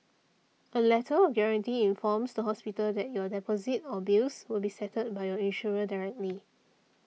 a letter of guarantee informs the hospital that your deposit or bills will be settled by your insurer directly